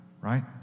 right